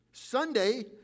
Sunday